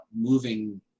moving